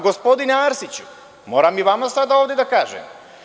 Gospodine Arsiću, moram i vama sada ovde da kažem.